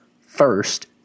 first